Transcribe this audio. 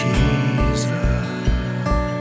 Jesus